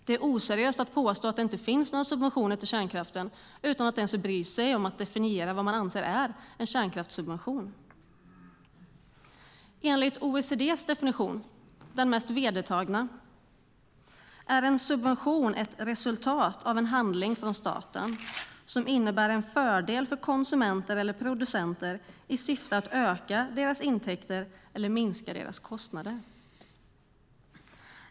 Det är oseriöst att påstå att det inte finns några subventioner till kärnkraften utan att ens bry sig om att definiera vad man anser är en kärnkraftssubvention. Enligt OECD:s definition, den mest vedertagna, är en subvention ett resultat av en handling från staten som innebär en fördel för konsumenter eller producenter i syfte att öka deras intäkter eller minska deras kostnader.